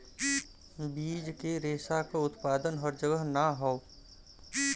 बीज के रेशा क उत्पादन हर जगह ना हौ